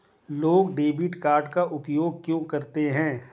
लोग debit card का उपयोग क्यों करते हैं?